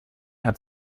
hat